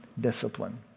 discipline